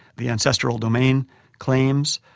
the ancestral domain claims,